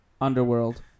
Underworld